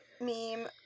meme